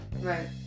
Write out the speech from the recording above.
right